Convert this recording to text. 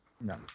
No